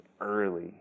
early